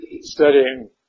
Studying